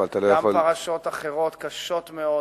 גם פרשות אחרות קשות מאוד